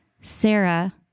Sarah